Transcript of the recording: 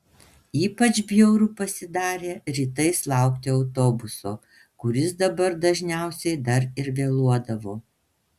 ypač bjauru pasidarė rytais laukti autobuso kuris dabar dažniausiai dar ir vėluodavo